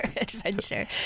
adventure